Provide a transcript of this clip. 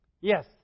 yes